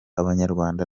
abanyarwanda